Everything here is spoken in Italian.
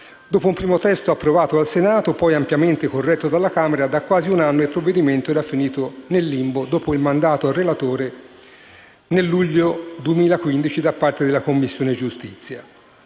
Dopo un primo testo approvato al Senato, poi ampiamente corretto dalla Camera, da quasi un anno il provvedimento è finito nel limbo, dopo il mandato al relatore conferito dalla Commissione giustizia